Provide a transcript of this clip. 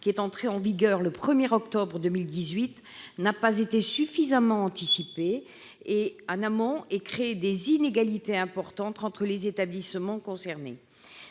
entrée en vigueur le 1 octobre 2018, n'a pas été suffisamment anticipée en amont et crée des inégalités importantes entre les établissements concernés.